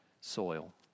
soil